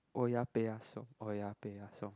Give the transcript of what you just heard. oya-beh-ya-som oya-beh-ya-som